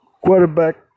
quarterback